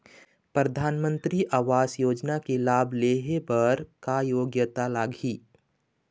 परधानमंतरी आवास योजना के लाभ ले हे बर का योग्यता लाग ही?